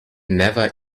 never